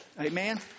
Amen